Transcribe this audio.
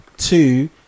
Two